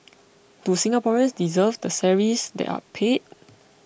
do Singaporeans deserve the salaries they are paid